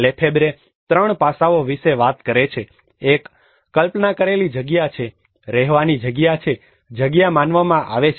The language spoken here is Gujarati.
લેફેબ્રે 3 પાસાઓ વિશે વાત કરે છે એક કલ્પના કરેલી જગ્યા છે રહેવાની જગ્યા છે જગ્યા માનવામાં આવે છે